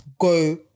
go